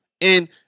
and-